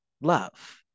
love